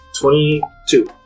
Twenty-two